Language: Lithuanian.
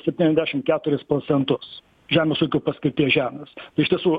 septyniasdešim keturis procentus žemės ūkio paskirties žemės iš tiesų